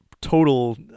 total